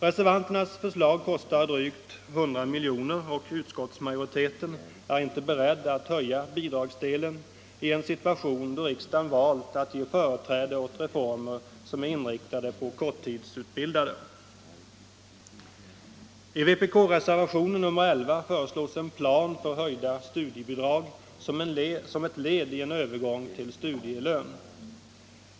Reservanternas förslag kostar drygt 100 milj.kr., och utskottsmajoriteten är inte beredd att höja bidragsdelen i en situation då riksdagen valt att ge företräde åt reformer som är inriktade på korttidsutbildade. I vpk-reservationen 11 föreslås en plan för höjda studiebidrag som ett led i en övergång till studielön.